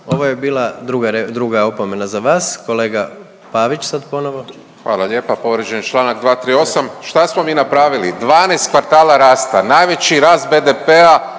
Ovo je bila druga opomena za vas. Kolega Pavić sad ponovo. **Pavić, Marko (HDZ)** Hvala lijepo. Povrijeđen je Članak 238. Šta smo mi napravili? 12 kvartala rasta, najveći rast BDP-a